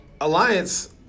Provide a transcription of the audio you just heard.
Alliance